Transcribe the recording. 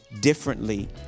differently